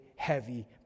heavy